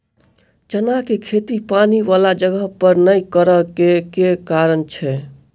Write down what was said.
चना केँ खेती पानि वला जगह पर नै करऽ केँ के कारण छै?